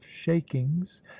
shakings